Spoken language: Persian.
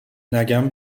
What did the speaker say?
نگم